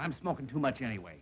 i'm smoking too much anyway